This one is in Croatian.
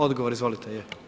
Odgovor, izvolite.